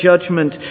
judgment